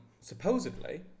supposedly